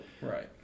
right